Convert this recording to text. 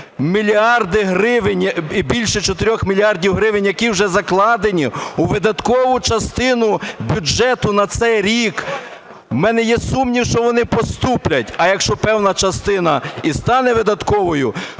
мільярда гривень, і більше 4 мільярдів гривень, які вже закладені у видаткову частину бюджету на цей рік, у мене є сумнів, що вони поступлять. А якщо певна частина і стане видатковою,